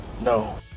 no